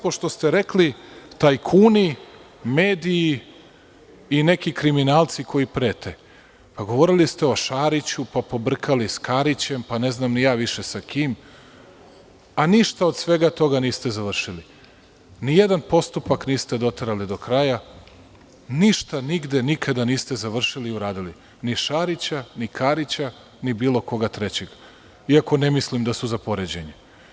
Pošto ste rekli, tajkuni, mediji, i neki kriminalci koji prete, govorili ste o Šariću, pa pobrkali sa Karićem, pa ne znam ni ja više sa kim, a ništa od svega toga niste završili, nijedan postupak niste doterali do kraja, ništa nigde niste završili i uradili, ni Šarića, ni Karića, ni bilo koga trećeg, iako ne mislim da su za poređenje.